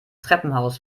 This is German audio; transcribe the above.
treppenhaus